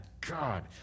God